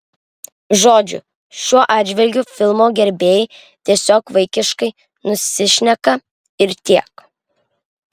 žodžiu šiuo atžvilgiu filmo gerbėjai tiesiog vaikiškai nusišneka ir tiek